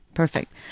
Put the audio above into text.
Perfect